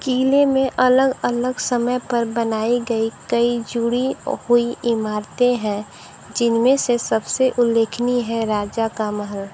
किले में अलग अलग समय पर बनाई गई कई जुड़ी हुई इमारतें हैं जिनमें से सबसे उल्लेखनीय है राजा का महल